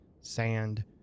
sand